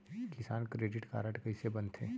किसान credit card कइसे बनथे?